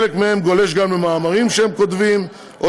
חלק מהם גולש גם למאמרים שהם כותבים או